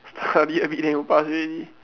study everyday will pass already